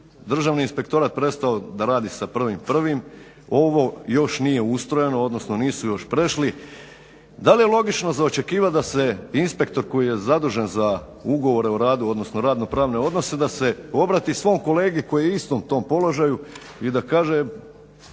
državni inspektorat je prestao da radi sa 1.1.ovo još nije ustrojeno odnosno nisu još prešli. Da li je logično za očekivat da se inspektor koji je zadužen za ugovore o radu odnosno radnopravne odnose da se obrati svom kolegi koji je u istom tom položaju i da kaže